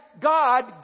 God